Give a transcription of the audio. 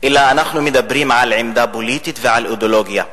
אלא אנחנו מדברים על עמדה פוליטית ועל אידיאולוגיה,